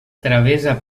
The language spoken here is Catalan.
travessa